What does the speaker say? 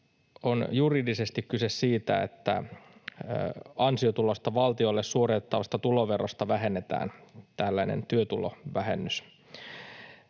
on juridisesti kyse siitä, että ansiotulosta valtiolle suoritettavasta tuloverosta vähennetään tällainen työtulovähennys.